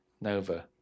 Nova